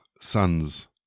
sons